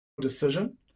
decision